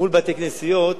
מול בתי-כנסיות,